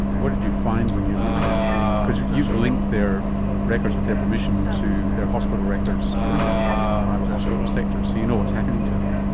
what did you find when you looked at the. because you've linked their records with their permission to their hospital records in both the public and private hospital sectors, so you know what's happening to them.